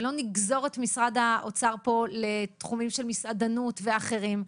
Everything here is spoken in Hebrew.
ולא נגזור את משרד האוצר פה לתחומים של מסעדנות ואחרים.